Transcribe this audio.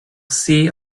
see